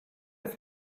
have